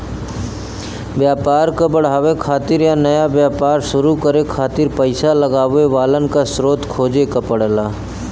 व्यापार क बढ़ावे खातिर या नया व्यापार शुरू करे खातिर पइसा लगावे वालन क स्रोत खोजे क पड़ला